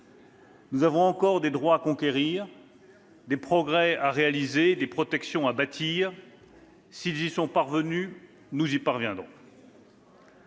Nous avons encore des droits à conquérir, des progrès à réaliser, des protections à bâtir. S'ils y sont arrivés, nous y parviendrons